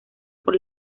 por